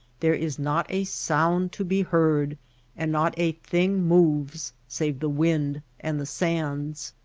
there is not a sound to be heard and not a thing moves save the wind and the sands.